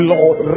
Lord